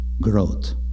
growth